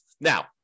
Now